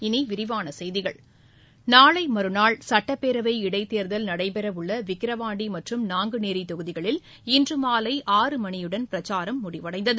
இனி விரிவான செய்திகள் நாளை மறுநாள் சட்டப்பேரவை இடைத்தேர்தல் நடைபெறவுள்ள விக்கிரவாண்டி மற்றும் நாங்குநேரி தொகுதிகளில் இன்று மாலை ஆறுமணியுடன் பிரச்சாரம் முடிவடைந்தது